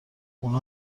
اونها